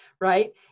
right